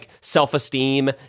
self-esteem